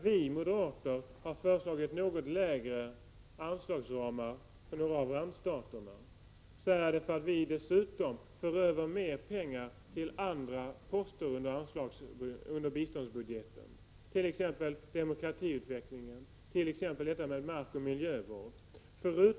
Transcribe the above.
Vi moderater har föreslagit något lägre anslagsramar för några av randstaterna, eftersom vi dessutom för över mer pengar till andra poster i biståndsbudgeten, t.ex. demokratisk utveckling, miljö och markvård.